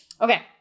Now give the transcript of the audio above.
Okay